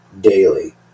daily